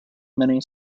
many